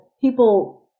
people